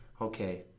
okay